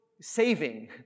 saving